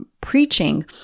preaching